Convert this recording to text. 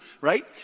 right